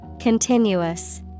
Continuous